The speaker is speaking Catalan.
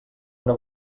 una